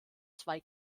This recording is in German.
zwei